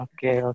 Okay